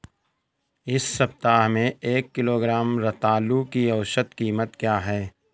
इस सप्ताह में एक किलोग्राम रतालू की औसत कीमत क्या है?